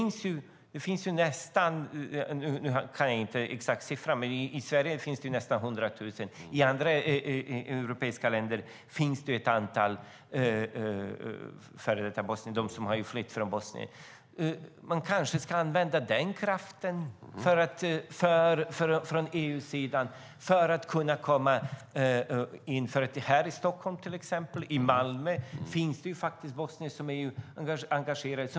Nu kan jag inte den exakta siffran, men i Sverige finns det nästan 100 000 personer som har flytt från Bosnien. I andra europeiska länder finns det också ett antal. Man kanske ska använda den kraften från EU för att komma in. Här i Stockholm och i Malmö finns det bosnier som är engagerade.